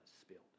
spilled